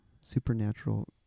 Supernatural